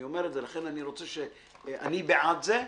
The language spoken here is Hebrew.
אני אומר את זה, אני בעד זה,